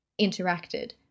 interacted